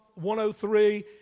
103